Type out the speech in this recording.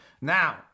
now